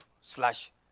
slash